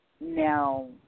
now